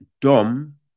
Dom